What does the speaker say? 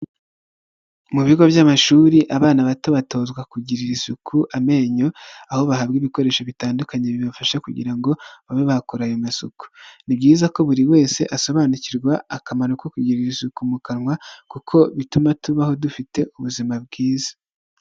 Mu bigo by'amashuri abana bato batozwa kugirira isuku amenyo aho bahabwa ibikoresho bitandukanye bibafasha kugira ngo babe bakora ayo masuku, ni byiza ko buri wese asobanukirwa akamaro ko kugira isuku mu kanwa kuko bituma tubaho dufite ubuzima bwiza.